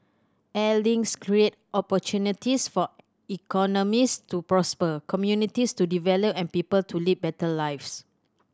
air links create opportunities for economies to prosper communities to develop and people to lead better lives